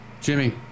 Jimmy